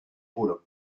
puro